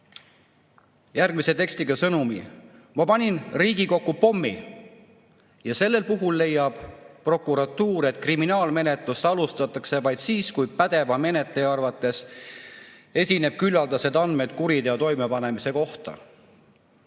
järgmise tekstiga sõnumi: "Ma panin Riigikokku pommi." Ja sellel puhul leiab prokuratuur, et kriminaalmenetlust alustatakse vaid siis, kui pädeva menetleja arvates esineb küllaldaselt andmeid kuriteo toimepanemise kohta.